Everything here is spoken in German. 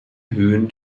höhen